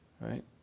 Right